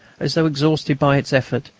as though exhausted by its effort,